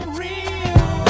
real